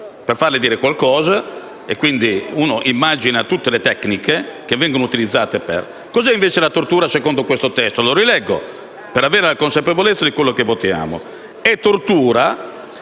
per farle dire qualcosa, e ognuno immagina tutte le tecniche che vengono utilizzate. Cosa è, invece, la tortura secondo questo testo? Lo rileggo per avere la consapevolezza di quello che votiamo.